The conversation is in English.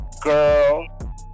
girl